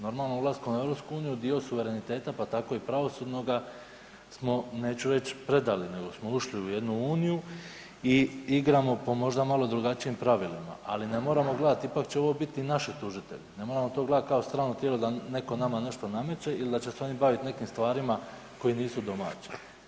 Normalno, ulaskom u EU, dio suvereniteta pa tako i pravosudnoga smo neću reć predali, nego smo ušli u jednu uniju i igramo po možda malo drugačijim pravilima, ali ne moramo gledati, ipak će ovo biti naši tužitelji, ne moramo to gledat kao strano tijelo da netko nama nešto nameće ili da će se oni baviti nekim stvarima koje nisu domaće.